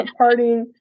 Partying